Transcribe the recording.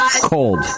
cold